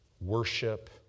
worship